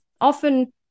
often